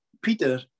Peter